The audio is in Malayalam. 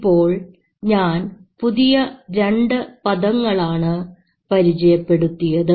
ഇപ്പോൾ ഞാൻ പുതിയ രണ്ട് പദങ്ങളാണ് പരിചയപ്പെടുത്തിയത്